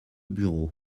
bureau